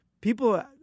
people